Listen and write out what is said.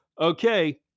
okay